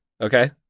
Okay